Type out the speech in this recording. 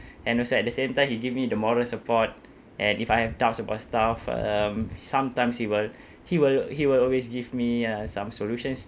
and also at the same time he give me the moral support and if I have doubts about stuff um sometimes he will he will he will always give me uh some solutions